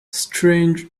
strange